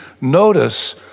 notice